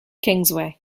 kingsway